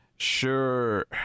sure